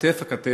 כתף אל כתף,